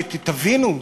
שתבינו,